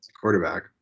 quarterback